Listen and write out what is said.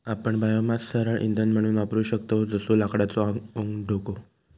आपण बायोमास सरळ इंधन म्हणून वापरू शकतव जसो लाकडाचो ओंडको